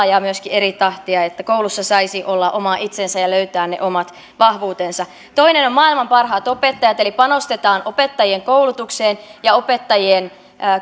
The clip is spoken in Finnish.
ja myöskin eri tahtia että koulussa saisi olla oma itsensä ja löytää ne omat vahvuutensa toinen on maailman parhaat opettajat eli panostetaan opettajien koulutukseen ja myöskin opettajien